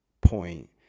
point